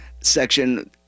section